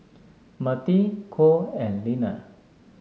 Mirtie Cole and Leaner